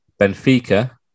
Benfica